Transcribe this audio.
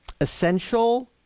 essential